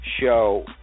show